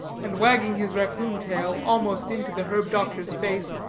and wagging his raccoon tail almost into the herb-doctor's face,